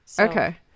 Okay